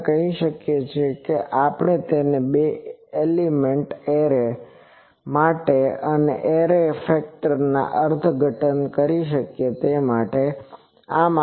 આપણે કહી શકીએ છીએ આપણે તેને બે એલિમેન્ટ એરે માટે એરે ફેક્ટર તરીકે અર્થઘટન કરી શકીએ છીએ